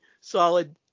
solid